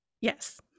Yes